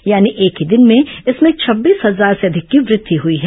यानी एक ही दिन में इसमें छबीस हजार से अधिक की वृद्धि हुई है